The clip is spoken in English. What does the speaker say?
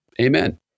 amen